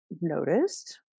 noticed